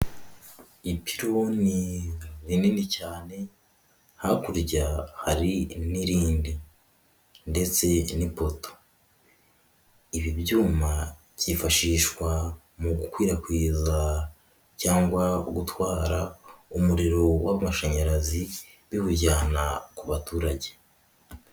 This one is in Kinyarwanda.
Ipironi rinini cyane, hakurya hari n'irindi ndetse n'ipoto. Ibi byuma byifashishwa mu gukwirakwiza cyangwa gutwara umuriro w'amashanyarazi, biwujyana ku baturage.